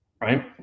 right